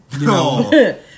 No